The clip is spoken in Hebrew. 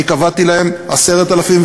אני קבעתי להם 10,000,